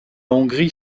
hongrie